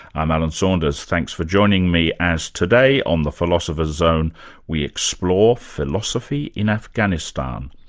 i'm alan saunders, thanks for joining me as today on the philosopher's zone we explore philosophy in afghanistan,